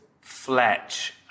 Fletch